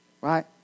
Right